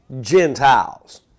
Gentiles